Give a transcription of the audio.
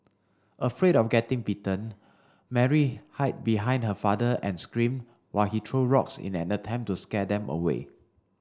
afraid of getting bitten Mary hid behind her father and screamed while he threw rocks in an attempt to scare them away